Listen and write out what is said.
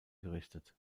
gerichtet